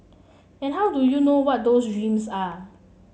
and how do you know what those dreams are